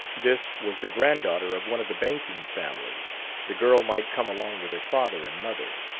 this was the granddaughter of one of the banking families the girl might come along with her father and mother.